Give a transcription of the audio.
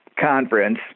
Conference